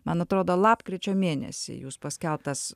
man atrodo lapkričio mėnesį jūs paskelbtas